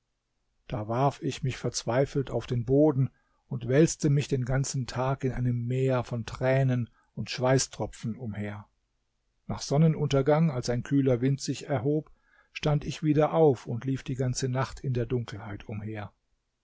da warf ich mich verzweifelt auf den boden und wälzte mich den ganzen tag in einem meer von tränen und schweißtropfen umher nach sonnenuntergang als ein kühler wind sich erhob stand ich wieder auf und lief die ganze nacht in der dunkelheit umher